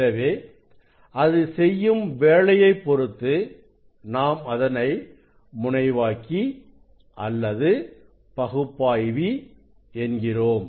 எனவே அது செய்யும் வேலையைப் பொறுத்து நாம் அதனை முனைவாக்கி அல்லது பகுப்பாய்வி என்கிறோம்